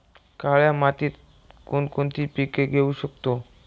काळ्या मातीत कोणकोणती पिके घेऊ शकतो?